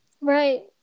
Right